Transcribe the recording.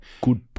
Good